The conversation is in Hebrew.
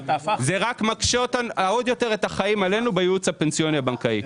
זה רק עוד יותר מקשה את החיים עלינו בייעוץ הפנסיוני הבנקאי.